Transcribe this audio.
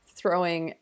throwing